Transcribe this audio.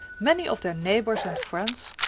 many of their neighbors and friends,